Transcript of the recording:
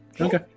Okay